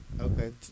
Okay